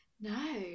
No